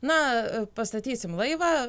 na pastatysim laivą